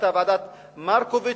היתה ועדת-מרקוביץ,